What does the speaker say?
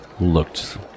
looked